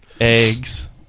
eggs